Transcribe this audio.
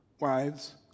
wives